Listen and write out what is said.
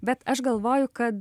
bet aš galvoju kad